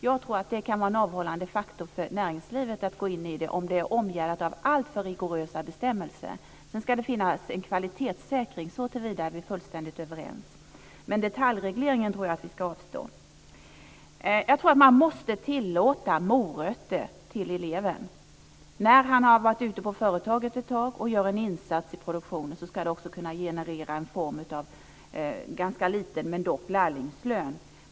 Jag tror att det kan vara en avhållande faktor för näringslivet om lärlingsutbildningen är omgärdad av alltför rigorösa bestämmelser. Sedan ska det finnas en kvalitetssäkring, såtillvida är vi fullständigt överens, men en detaljreglering ska vi nog avstå ifrån. Man måste tillåta morötter till eleverna. När de är ute på företag och gör en insats i produktionen ska det också generera en form av en ganska liten, men dock lärlingslön.